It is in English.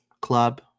club